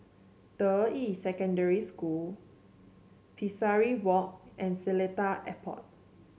Deyi Secondary School Pesari Walk and Seletar Airport